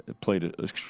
played